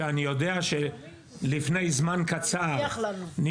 שאני יודע שלפני זמן קצר נפגשנו.